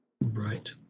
Right